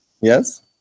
Yes